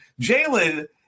Jalen